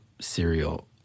cereal